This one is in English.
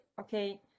okay